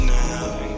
now